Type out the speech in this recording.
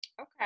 okay